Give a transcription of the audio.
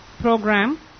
program